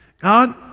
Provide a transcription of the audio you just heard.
God